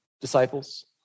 disciples